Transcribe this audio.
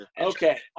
Okay